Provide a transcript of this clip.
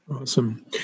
awesome